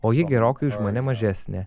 o ji gerokai už mane mažesnė